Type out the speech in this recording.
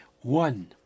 one